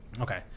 Okay